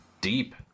Deep